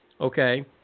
okay